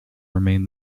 remain